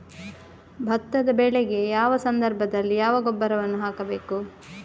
ಭತ್ತದ ಬೆಳೆಗೆ ಯಾವ ಸಂದರ್ಭದಲ್ಲಿ ಯಾವ ಗೊಬ್ಬರವನ್ನು ಹಾಕಬೇಕು?